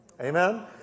Amen